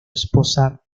esposa